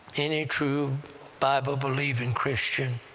any true bible-believing christian